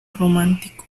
romántico